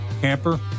camper